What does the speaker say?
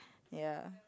ya